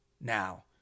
Now